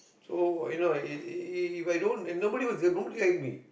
so you know i~ i~ if i don't and nobody was there nobody hired me